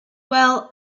well